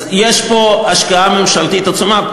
אז יש פה השקעה ממשלתית עצומה,